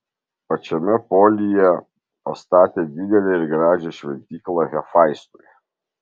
pačiame polyje pastatė didelę ir gražią šventyklą hefaistui